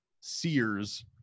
Sears